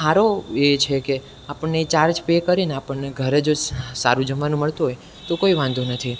સારો એ છે કે આપણને એ ચાર્જ પે કરીને આપણને ઘરે જો સારું જમવાનું મળતું હોય તો કોઈ વાંધો નથી